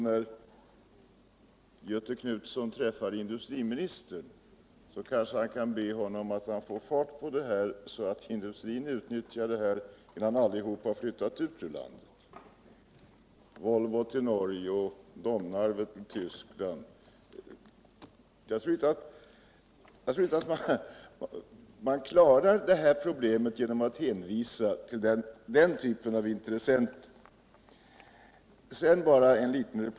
När Göthe Knutson träffar industriministern, så kan han kanske be honom att få fart på det hela så att industrin utnyttjar resurserna innan den flyttar ut ur landet — Volvo till Norge och Domnarvet tll Tyskland. Jag tror inte man klarar problemet genom att hänvisa till den typen av intressenter.